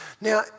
Now